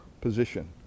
position